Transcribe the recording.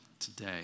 Today